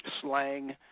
slang